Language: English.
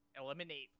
eliminate